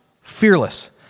fearless